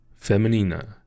Feminina